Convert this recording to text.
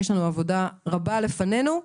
יש לנו עבודה רבה לפנינו.